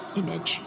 image